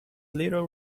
little